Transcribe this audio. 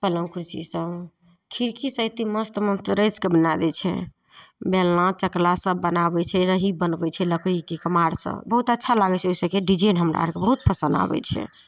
पलङ्ग कुर्सी सब खिड़की सब एते मस्त मस्त रचि कऽ बना दै छै बेलना चकला सब बनाबय छै रही बनबय छै लकड़ीके कुम्हार सब बहुत अच्छा लागय छै ओइ सबके डिजाइन हमरा अरके बहुत पसन्द आबय छै